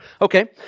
Okay